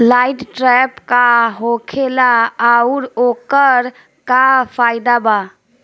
Light trap का होखेला आउर ओकर का फाइदा बा?